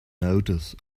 notice